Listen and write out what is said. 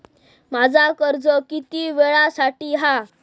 माझा कर्ज किती वेळासाठी हा?